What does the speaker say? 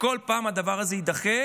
וכל פעם הדבר הזה יידחה.